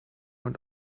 und